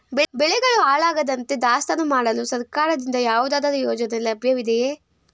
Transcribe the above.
ಬೆಳೆಗಳು ಹಾಳಾಗದಂತೆ ದಾಸ್ತಾನು ಮಾಡಲು ಸರ್ಕಾರದಿಂದ ಯಾವುದಾದರು ಯೋಜನೆ ಲಭ್ಯವಿದೆಯೇ?